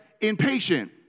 impatient